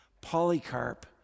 Polycarp